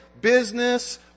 Business